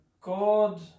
God